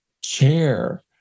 chair